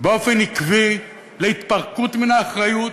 באופן עקבי להתפרקות מן האחריות,